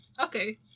Okay